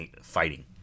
fighting